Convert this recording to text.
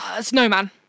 snowman